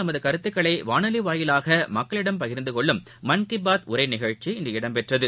தமதுகருத்துகளைவானொலிவாயிலாகமக்களிடம் பிரதமர் பகிர்ந்துகொள்ளும் மன் கீபாத் உரைநிகழ்ச்சி இன்று இடம்பெற்றது